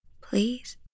Please